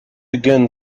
again